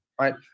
right